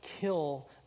kill